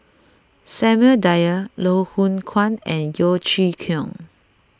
Samuel Dyer Loh Hoong Kwan and Yeo Chee Kiong